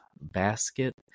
basket